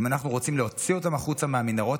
אם אנחנו רוצים להוציא אותם החוצה מהמנהרות,